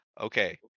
Okay